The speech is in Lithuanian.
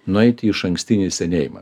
nueiti į išankstinį senėjimą